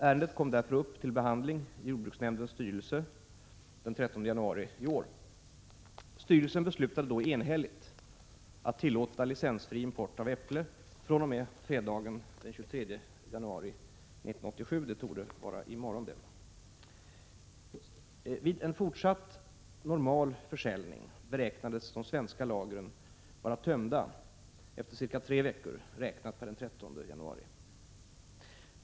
Ärendet kom därför upp till behandling i jordbruksnämndens styrelse den 13 januari i år: Styrelsen beslutade då enhälligt att tillåta licensfri import av äpplen fr.o.m. fredagen den 23 januari 1987 — det torde vara i morgon. Vid en fortsatt normal försäljning beräknades de svenska lagren vara tömda efter cirka tre veckor, räknat per den 13 januari.